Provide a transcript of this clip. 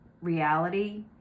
reality